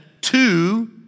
two